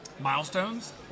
milestones